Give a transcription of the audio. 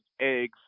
eggs